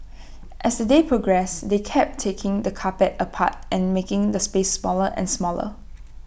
as the day progressed they kept taking the carpet apart and making the space smaller and smaller